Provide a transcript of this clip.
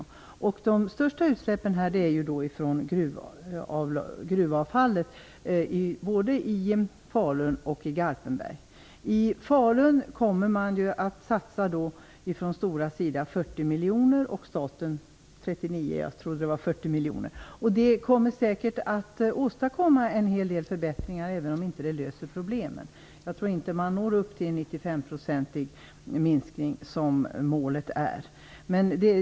De största utsläppen kommer från gruvavfallet både i Falun och i Garpenberg. I Falun kommer Stora att satsa 40 miljoner och staten 39 miljoner - jag trodde att det var 40 miljoner. Det kommer säkert att åstadkomma en hel del förbättringar, även om det inte löser problemen. Jag tror inte att man når upp till en minskning på 95 %, som målet är.